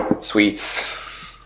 sweets